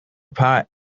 pot